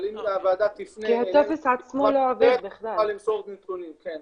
אבל אם הוועדה תפנה נוכל למסור נתונים בכלל.